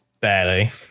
Barely